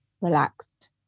relaxed